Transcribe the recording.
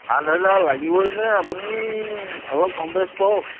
সাত হাজাৰ লাগিবই নে আপুনি অলপ কম বেছ কওক